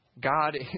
god